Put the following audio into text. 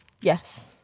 Yes